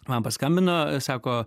man paskambina sako